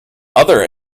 other